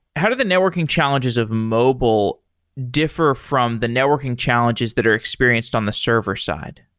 how do the networking challenges of mobile differ from the networking challenges that are experienced on the server-side?